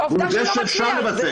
עובדה שהוא לא מצליח.